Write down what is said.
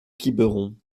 quiberon